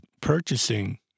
purchasing